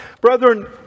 Brethren